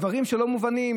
דברים לא מובנים.